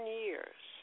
years